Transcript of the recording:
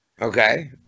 Okay